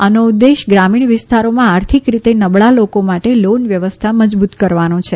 આનો ઉદેશ ગ્રામીણ વિસ્તારોમાં આર્થિક રીતે નબળા લોકો માટે લોન વ્યવસ્થા મજબુત કરવાનો છે